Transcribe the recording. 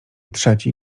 trzeci